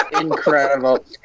Incredible